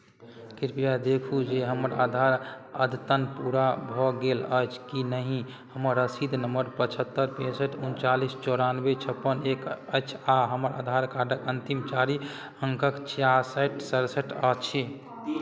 कृपया देखू जे हमर आधार अद्यतन पूरा भऽ गेल अछि कि नहि हमर रसीद नम्बर पचहत्तरि पैंसठि उनचालिस चौरानबे छप्पन एक अछि आ हमर आधार कार्डक अन्तिम चारि अंकक छियासठि सड़सठि अछि